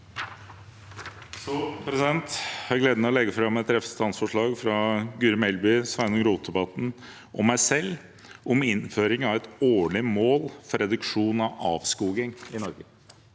Jeg har også gleden av å legge fram et representantforslag fra Guri Melby, Sveinung Rotevatn og meg selv om innføring av et årlig mål for reduksjon av avskoging i Norge.